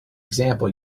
example